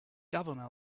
governor